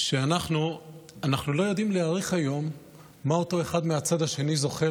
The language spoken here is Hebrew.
אנחנו לא יודעים להעריך היום למה אותו אחד מהצד השני זוכה